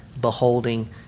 beholding